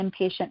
inpatient